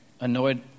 annoyed